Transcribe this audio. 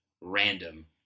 random